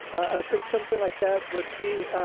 i think something like that would be